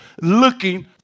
looking